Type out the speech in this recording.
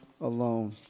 alone